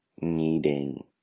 needing